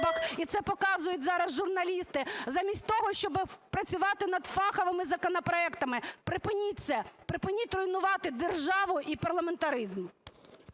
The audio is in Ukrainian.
і це показують зараз журналісти, замість того, щоб працювати над фаховими законопроектами. Припиніть це! Припиніть руйнувати державу і парламентаризм!